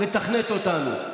לתכנת אותנו.